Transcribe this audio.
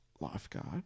Lifeguard